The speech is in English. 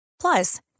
Plus